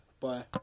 Bye